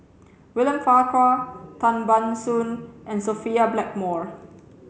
William Farquhar Tan Ban Soon and Sophia Blackmore